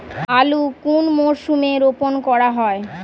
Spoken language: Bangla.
আলু কোন মরশুমে রোপণ করা হয়?